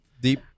deep